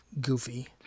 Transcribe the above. goofy